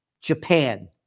Japan